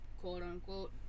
quote-unquote